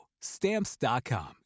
Stamps.com